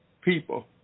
people